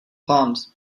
pond